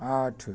आठ